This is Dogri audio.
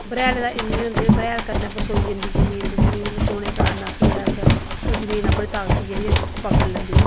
बरेहाले दा इन्ने होंदे बरेहाले कन्नै बसोई जंदी जमीन ते जमीन बसोने कारण अस जेह्ड़ा अस ओह् जमीन अपने ताकत जेह्ड़ी ऐ ते पकड़ लैंदी